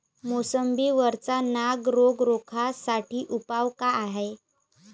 मोसंबी वरचा नाग रोग रोखा साठी उपाव का हाये?